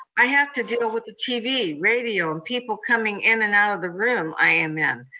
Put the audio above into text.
i have to deal with the tv, radio, and people coming in and out of the room i am in.